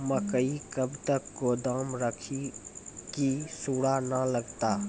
मकई कब तक गोदाम राखि की सूड़ा न लगता?